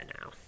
now